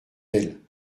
elles